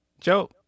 joe